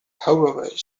however